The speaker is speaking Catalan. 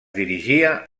dirigia